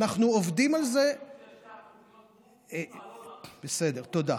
אנחנו עובדים על זה, בסדר, תודה.